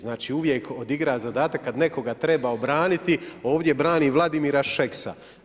Znači uvijek odigra zadatak kada nekoga treba obraniti, ovdje brani Vladimira Šeksa.